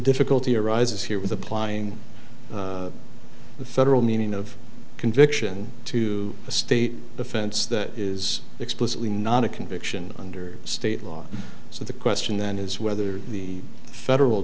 difficulty arises here with applying the federal meaning of conviction to a state offense that is explicitly not a conviction under state law so the question then is whether the federal